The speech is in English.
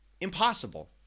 impossible